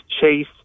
chase